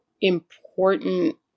important